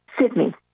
Sydney